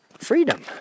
freedom